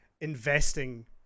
investing